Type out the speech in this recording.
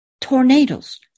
tornadoes